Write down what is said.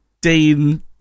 Dean